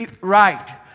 right